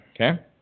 Okay